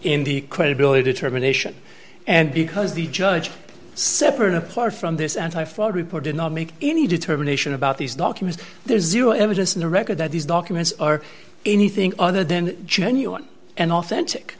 the credibility termination and because the judge separate and apart from this anti fraud report did not make any determination about these documents there's zero evidence in the record that these documents are anything other than genuine and authentic